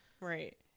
Right